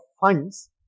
funds